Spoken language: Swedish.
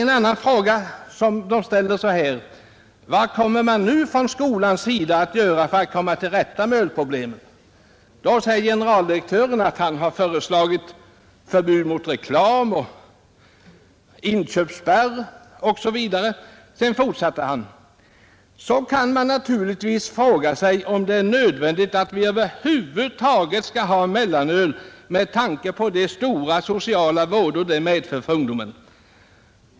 En annan fråga som teamet ställer är denna: Generaldirektören svarar att han föreslagit förbud mot reklam, inköpsspärr osv. Han fortsätter: ”Så kan man naturligtvis fråga sig, om det är nödvändigt att vi över huvud taget ska ha mellanöl med tanke på de stora sociala vådor det medför för ungdomen.